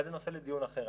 אבל זה נושא לדיון אחר.